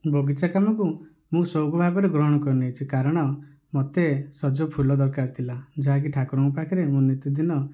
ବଗିଚା କାମକୁ ମୁଁ ସଉକ ଭାବରେ ଗ୍ରହଣ କରିନେଇଛି କାରଣ ମତେ ସଜ ଫୁଲ ଦରକାର ଥିଲା ଯାହାକି ଠାକୁରଙ୍କ ପାଖରେ ମୁଁ ନିତିଦିନ